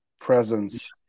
presence